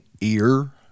ear